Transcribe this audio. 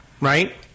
Right